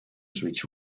switch